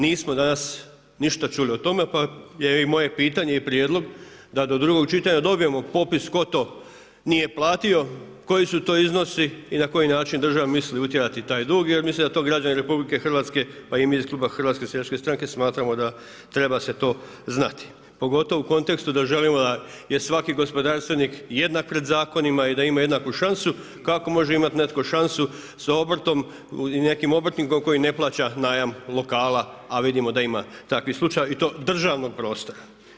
Nismo danas ništa čuli o tome pa je i moje pitanje i prijedlog da do drugog čitanja dobijemo popis tko to nije platio, koji su to iznosi i na koji način država misli utjerati taj dug jer mislim da to građani RH pa i mi iz kluba HSS-a smatramo da treba se to znati pogotovo u kontekstu da želimo da je svaki gospodarstvenik jednak pred zakonima i da ima jednaku šansu, kako može imati netko šansu sa obrtom, nekim obrtnikom koji ne plaća najam lokala a vidimo da ima takvih slučaja i to državnog prostora.